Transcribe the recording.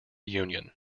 union